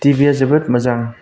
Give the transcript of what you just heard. T V आ जोबोद मोजां